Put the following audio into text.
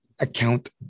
Account